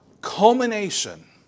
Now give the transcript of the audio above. culmination